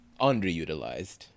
underutilized